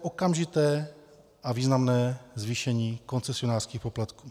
Okamžité a významné zvýšení koncesionářských poplatků.